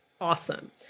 awesome